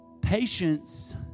Patience